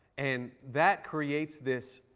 and that creates this,